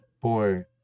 boy